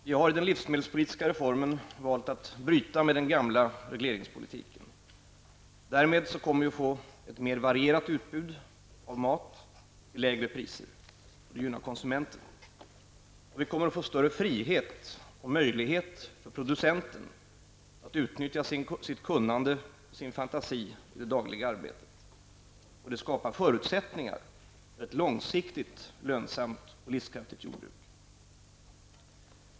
Herr talman! Genom den livsmedelspolitiska reformen har vi valt att bryta med den gamla regleringspolitiken. Därmed kommer det att bli ett mer varierat utbud av mat till lägre priser, vilket gynnar konsumenterna. Det kommer att bli större frihet och möjlighet för producenten att utnyttja sitt kunnande och sin fantasi i det dagliga arbetet. Det skapar förutsättningar för ett långsiktigt, lönsamt och livskraftigt jordbruk.